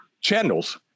channels